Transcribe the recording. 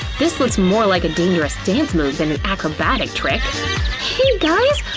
this looks more like a dangerous dance move than an acrobatic trick! hey guys?